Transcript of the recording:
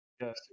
Yes